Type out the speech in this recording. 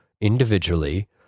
individually